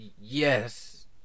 Yes